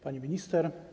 Pani Minister!